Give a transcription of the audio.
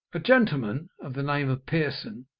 a gentleman of the name of pearson,